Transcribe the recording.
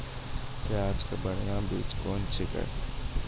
प्याज के बढ़िया बीज कौन छिकै?